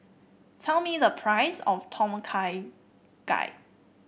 tell me the price of Tom Kha Gai